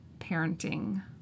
parenting